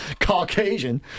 Caucasian